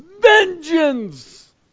Vengeance